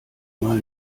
mal